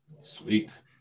Sweet